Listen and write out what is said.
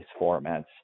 formats